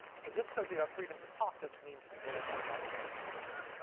so just because you have freedom to talk, doesn't mean people have an obligation to listen.